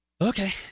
okay